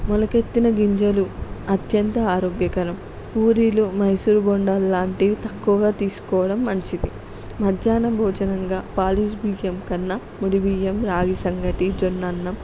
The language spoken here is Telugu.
మొలకెత్తిన గింజలు అత్యంత ఆరోగ్యకరం పూరీలు మైసూర్ బోండాలు లాంటివి తక్కువగా తీసుకోవడం మంచిది మధ్యాహ్నం భోజనంగా పాలీస్ బియ్యం కన్నా ముడి బియ్యం రాగి సంగటి జొన్న అన్నం